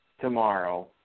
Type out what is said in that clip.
tomorrow